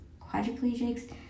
quadriplegics